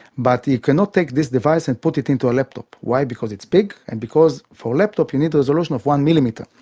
but you cannot take this device and put it into a laptop. why? because it's big, and because for a laptop you need the resolution of one millimetre.